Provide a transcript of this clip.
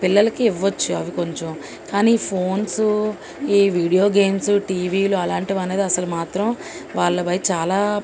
పిల్లలకి ఇవ్వచ్చు అవి కొంచెం కానీ ఫోన్స్ ఈ వీడియో గేమ్సు టీవీలు అలాంటివి అనగా అసలు మాత్రం వాళ్ళ పై చాలా